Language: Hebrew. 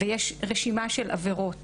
ויש רשימה של עבירות